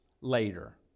later